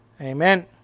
Amen